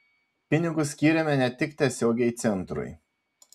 pinigus skyrėme ne tik tiesiogiai centrui